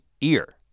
ear